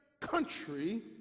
country